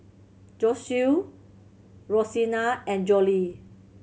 Josue Rosina and Jolie